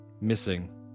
missing